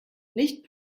nicht